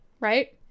right